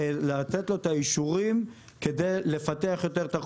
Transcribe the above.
לתת לו את האישורים כדי לפתח יותר את החוף,